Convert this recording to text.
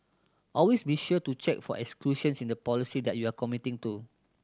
always be sure to check for exclusions in the policy that you are committing to